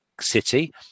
city